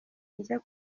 bijya